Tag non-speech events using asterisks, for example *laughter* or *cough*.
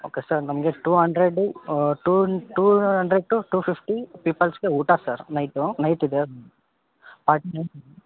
okay sir ನಮಗೆ two hundred two two hundred two two fifty ಪಿಪಲ್ಸ್ಗೆ ಊಟ sir night night ಇದೆ *unintelligible*